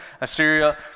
Assyria